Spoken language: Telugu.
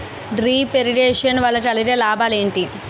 డ్రిప్ ఇరిగేషన్ వల్ల కలిగే లాభాలు ఏంటి?